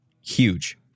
Huge